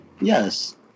Yes